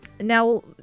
Now